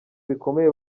bikomeye